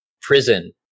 prison